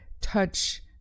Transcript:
touch